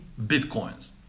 Bitcoins